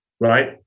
right